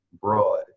broad